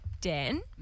Dan